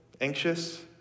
anxious